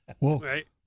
right